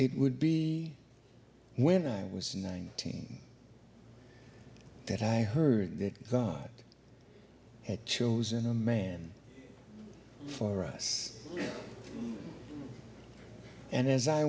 it would be when i was nineteen that i heard that god had chosen a man for us and as i